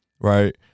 right